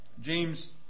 James